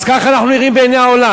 אז ככה אנחנו נראים בעיני העולם.